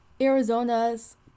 Arizona's